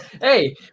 Hey